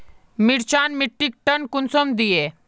मिर्चान मिट्टीक टन कुंसम दिए?